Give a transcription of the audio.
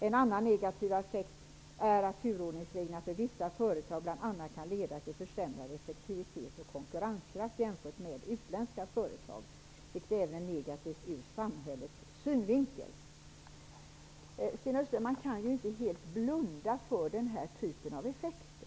En annan negativ effekt är att turordningsreglerna för vissa företag bland annat kan leda till försämrad effektivitet och konkurrenskraft jämfört med utländska företag, vilket även är negativt ur samhällets synvinkel.'' Man kan inte helt blunda för den typen av effekter.